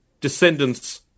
descendants